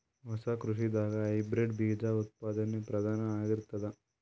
ಹೊಸ ಕೃಷಿದಾಗ ಹೈಬ್ರಿಡ್ ಬೀಜ ಉತ್ಪಾದನೆ ಪ್ರಧಾನ ಆಗಿರತದ